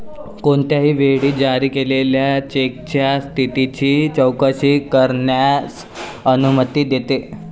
कोणत्याही वेळी जारी केलेल्या चेकच्या स्थितीची चौकशी करण्यास अनुमती देते